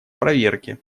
проверке